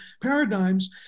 paradigms